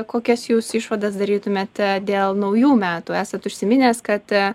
kokias jūs išvadas darytumėte dėl naujų metų esat užsiminęs kad